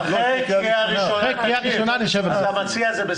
אחרי קריאה ראשונה נשב על זה.